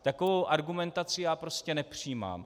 Takovou argumentaci já prostě nepřijímám.